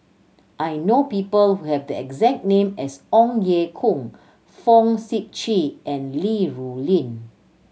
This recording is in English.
I know people who have the exact name as Ong Ye Kung Fong Sip Chee and Li Rulin